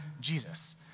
Jesus